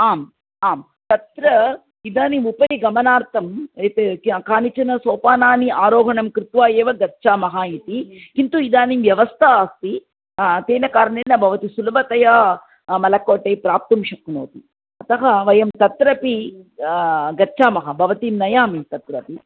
आम् आं तत्र इदानीम् उपरि गमनार्थम् एते कानिचन सोपानानि आरोहणं कृत्वा एव गच्छामः इति किन्तु इदानीं व्यवस्था अस्ति तेन कारणेन भवती सुलभतया मलक्कोटै प्राप्तुं शक्नोति अतः वयं तत्रापि गच्छामः भवतीं नयामि तत्रापि